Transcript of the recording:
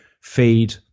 feed